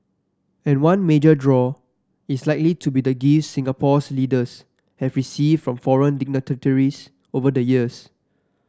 and one major draw is likely to be the gifts Singapore's leaders have received from foreign dignitaries over the years